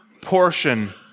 portion